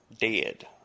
dead